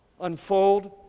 unfold